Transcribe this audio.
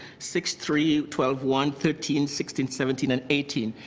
sixty three, twelve, one, fifteen, sixteen, seventeen and eighteen.